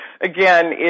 again